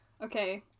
Okay